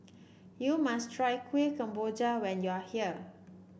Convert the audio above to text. you must try Kuih Kemboja when you are here